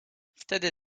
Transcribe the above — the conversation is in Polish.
wtedy